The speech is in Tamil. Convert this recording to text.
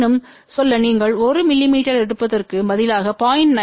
எனினும் சொல்ல நீங்கள் 1 மிமீ எடுப்பதற்கு பதிலாக 0